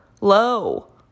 low